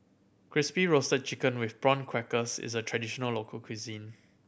Crispy Roasted Chicken with Prawn Crackers is a traditional local cuisine